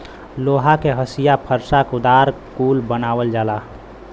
लोहा के हंसिआ फर्सा कुदार कुल बनावल जाला